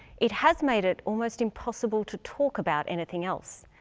it has made it almost impossible to talk about anything else.